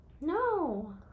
No